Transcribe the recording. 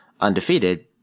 undefeated